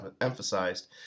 emphasized